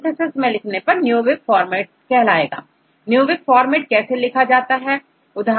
Newick formatकैसे लिखा जाता है